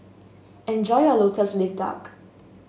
enjoy your lotus leaf duck